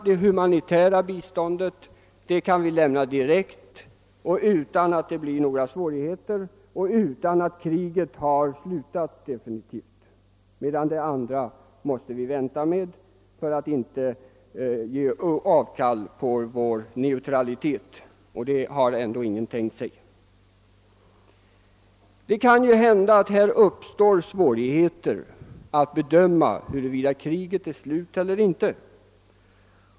Det humanitära biståndet kan vi lämna direkt utan att det uppstår några svårigheter och innan kriget har slutat definitivt, men med den andra delen måste vi vänta, om vi inte skall ge avkall på vår neutralitet, vilket ändå ingen har tänkt sig. Det kan hända att det uppstår svårigheter att bedöma, huruvida kriget är slut eller inte.